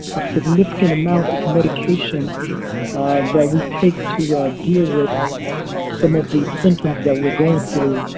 a significant amount of medication that we take to deal with some of these symptoms that we're going through.